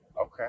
Okay